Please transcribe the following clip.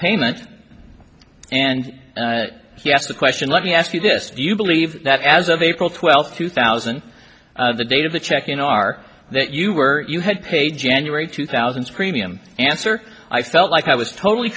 payment and he asked the question let me ask you this do you believe that as of april twelfth two thousand the date of the check in are that you were you had paid january two thousand premium answer i felt like i was totally